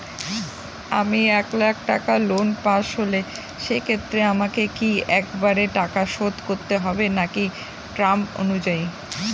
এক লাখ টাকা loan pass হল সেক্ষেত্রে আমাকে কি একবারে টাকা শোধ করতে হবে নাকি টার্ম অনুযায়ী?